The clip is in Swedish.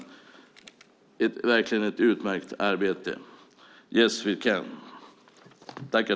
Det var verkligen ett utmärkt arbete. Yes, we can!